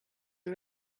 are